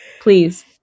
Please